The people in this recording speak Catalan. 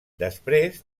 després